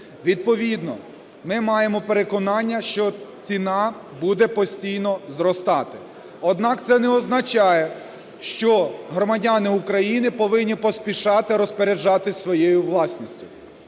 Відповідно, ми маємо переконання, що ціна буде постійно зростати. Однак, це не означає, що громадяни України повинні поспішати розпоряджатись своєю власністю,